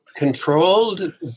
Controlled